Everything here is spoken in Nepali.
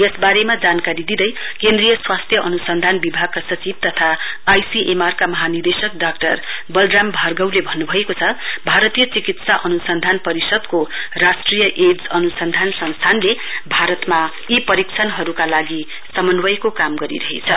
यसवारेमा जानकारी दिँदै केन्द्रीय स्वास्थ्य अनुसाधन विभागका सचिव तथा आईसीएमआर का महानिदेशक डाक्टर बलराम भार्गवले भन्नभएको छ भारतीय चिकित्सा अनुसन्धान परिषदको राष्ट्रिय एड्स अनुसन्धान संस्थानले भारतमा यी परीक्षणहरुकालागि समन्वयको काम गरिरहेछ